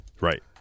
Right